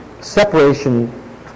separation